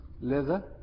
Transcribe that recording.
Leather